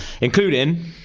Including